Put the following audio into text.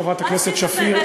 חברת הכנסת שפיר,